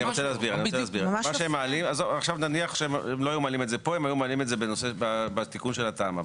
נניח שהם היו מעלים את זה בתיקון של התמ"א.